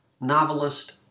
novelist